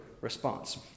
response